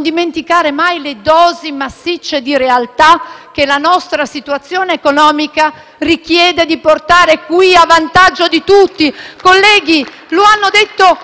dimenticare mai le dosi massicce di realtà che la nostra situazione economica richiede di portare qui, a vantaggio di tutti. *(Applausi dal Gruppo FI-BP)*. Colleghi, lo hanno detto